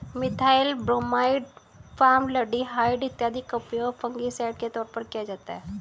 methyl bromide, formaldehyde इत्यादि का उपयोग फंगिसाइड के तौर पर किया जाता है